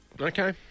Okay